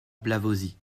blavozy